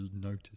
notice